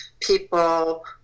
people